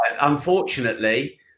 unfortunately